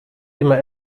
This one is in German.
immer